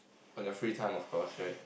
on your free time of course right